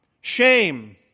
Shame